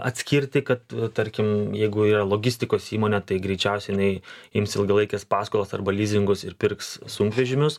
atskirti kad tarkim jeigu yra logistikos įmonė tai greičiausiai jinai ims ilgalaikes paskolas arba lizingus ir pirks sunkvežimius